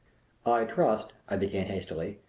i trust, i began hastily,